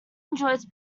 enjoys